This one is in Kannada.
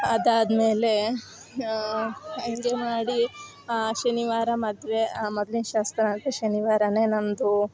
ಅದಾದಮೇಲೆ ಹಂಗೇ ಮಾಡಿ ಶನಿವಾರ ಮದುವೆ ಮೊದ್ಲಿನ ಶಾಸ್ತ್ರ ಅಂದರೆ ಶನಿವಾರ ನಮ್ಮದು